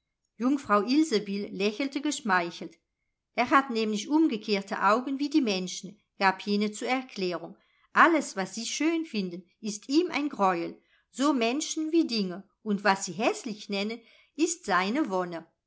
jungfrau ilsebill lächelte geschmeichelt er hat nämlich umgekehrte augen wie die menschen gab jene zur erklärung alles was sie schön finden ist ihm ein greuel so menschen wie dinge und was sie häßlich nennen ist seine wonne